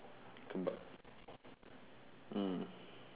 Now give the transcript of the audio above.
kebab mm